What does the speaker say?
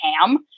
ham